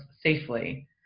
safely